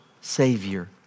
Savior